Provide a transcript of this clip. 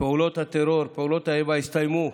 פעולות הטרור, פעולות האיבה הסתיימו,